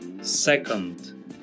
Second